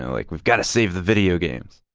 like, we've got to save the video games!